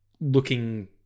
looking